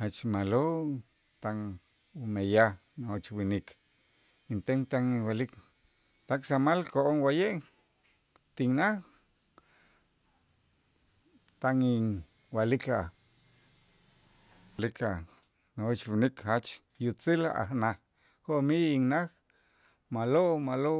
Jach ma'lo' tan umeyaj nojoch winik, inten tan inwa'lik tak samal ko'on wa'ye' tinnaj tan inwa'lik a' lik a' nojoch winik jach yutzil a' naj jo'mij innaj ma'lo' ma'lo